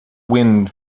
wind